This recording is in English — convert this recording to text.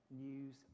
news